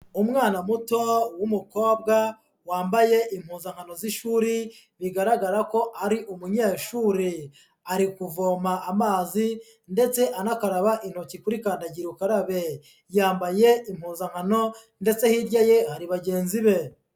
Umwana muto w'umukobwa wambaye impuzankano z'ishuri, bigaragara ko ari umunyeshuri, ari kuvoma amazi ndetse anakaraba intoki kuri kandagira ukarabe, yambaye impuzankano ndetse hirya ye hari bagenzi be.